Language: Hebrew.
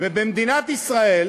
ובמדינת ישראל,